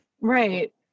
Right